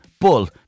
Bull